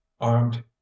armed